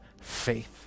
faith